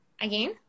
again